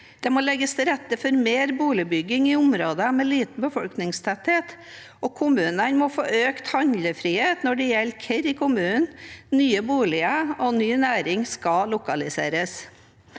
Det må legges til rette for mer boligbygging i områder med liten befolkningstetthet, og kommunene må få økt handlefrihet når det gjelder hvor i kommunen nye boliger og ny næring skal lokaliseres.